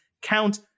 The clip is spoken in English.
count